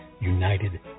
United